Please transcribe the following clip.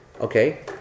okay